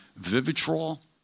Vivitrol